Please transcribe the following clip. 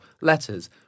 letters